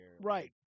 Right